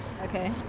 Okay